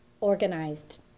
organized